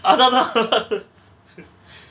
அதா தா:atha tha